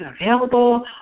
available